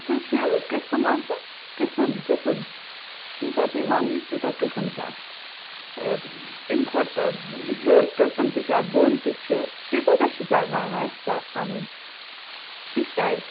تُہۍ چھِ قسم آسان قسم قسم ییٖتاہ تُہۍ ؤنِو تیٛوٗتاہ قسم چھِ اتھ امہِ کھۄتہٕ ہیٚور قسم تہِ چھِ اتھ بۅن تہِ چھِ تُہۍ کوٗتاہ چھِو کران وۅنۍ یَژھان اَنٕنۍ کِتھۍ ٹایپ